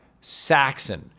Saxon